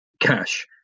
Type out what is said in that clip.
cash